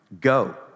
go